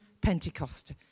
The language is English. Pentecost